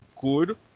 good